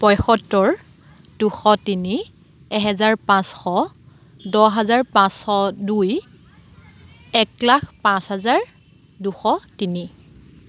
পঁয়সত্তৰ দুশ তিনি এহেজাৰ পাঁচশ দহ হাজাৰ পাচঁশ দুই এক লাখ পাঁচ হাজাৰ দুশ তিনি